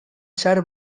zahar